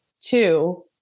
two